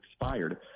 expired